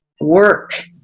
work